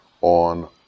on